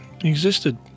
existed